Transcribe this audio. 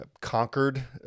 Conquered